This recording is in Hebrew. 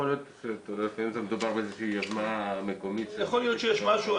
לפעמים מדובר באיזושהי יוזמה מקומית --- יכול להיות שיש משהו.